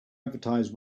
advertise